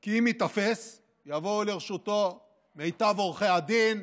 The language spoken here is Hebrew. כי אם ייתפס יבואו לרשותו מיטב עורכי הדין,